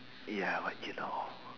ya but you know